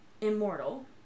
immortal